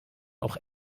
auch